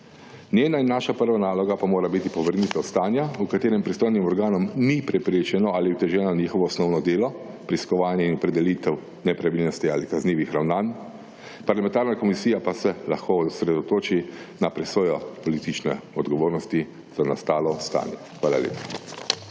Njena in naša prva naloga pa mora biti povrnitev stanja v katerim pristojnim organom ni preprečeno ali oteženo njihovo osnovno delo, preiskovanje in opredelitev nepravilnosti ali kaznivih ravnanj. Parlamentarna komisija pa se lahko osredotoči na presojo politične odgovornosti za nastalo stanje. Hvala lepa.